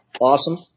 Awesome